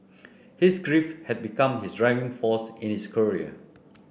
his grief had become his driving force in his career